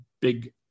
big